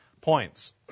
points